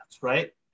right